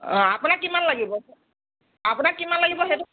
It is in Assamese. অ' আপোনাক কিমান লাগিব আপোনাক কিমান লাগিব সেইটো